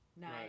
Nice